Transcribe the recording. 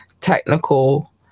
technical